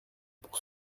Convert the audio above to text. pour